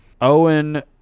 Owen